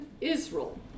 Israel